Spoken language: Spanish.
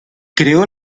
creó